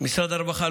משרד הרווחה,